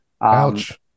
Ouch